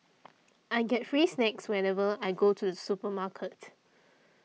I get free snacks whenever I go to the supermarket